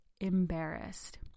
embarrassed